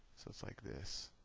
so it's like this.